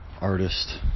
artist